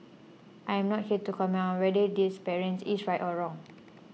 I am not here to comment on whether this parent is right or wrong